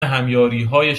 همیاریهای